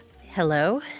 Hello